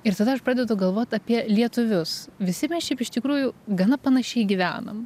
ir tada aš pradedu galvot apie lietuvius visi mes šiaip iš tikrųjų gana panašiai gyvenam